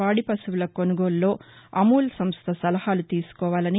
పాడి పశువుల కొనుగోలులో అమూల్ సంస్ట సలహాలు తీసుకోవాలని